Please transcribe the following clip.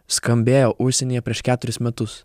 skambėjo užsienyje prieš keturis metus